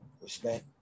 respect